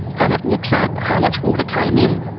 and it looks at how much water came in,